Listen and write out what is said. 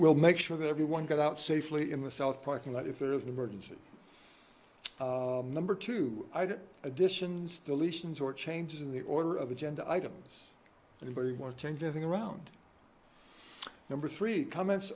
we'll make sure that everyone got out safely in the south parking lot if there is an emergency number two i did additions deletions or changes in the order of agenda items anybody want to change a thing around number three comments